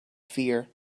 fear